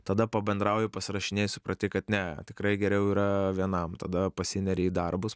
tada pabendrauji pasirašinėji supranti kad ne tikrai geriau yra vienam tada pasineri į darbus